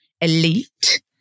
elite